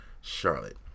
Charlotte